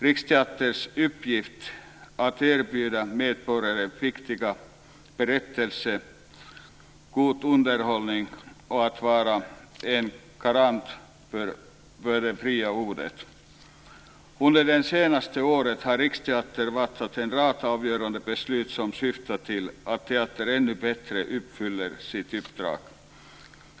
Riksteaterns uppgift är att erbjuda medborgare viktiga berättelser och god underhållning och att vara en garant för det fria ordet. Under det senaste året har Riksteatern fattat en rad avgörande beslut som syftar till att teatern ännu bättre ska uppfylla sitt uppdrag.